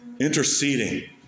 interceding